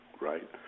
right